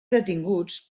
detinguts